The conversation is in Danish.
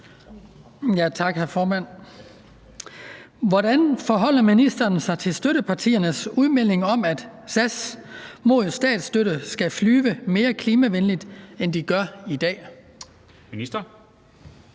Hvordan forholder ministeren sig til støttepartiernes udmelding om, at SAS mod statsstøtte skal flyve mere klimavenligt, end de gør i dag?